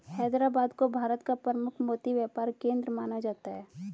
हैदराबाद को भारत का प्रमुख मोती व्यापार केंद्र माना जाता है